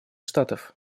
штатов